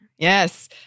Yes